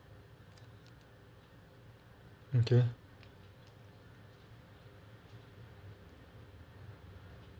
okay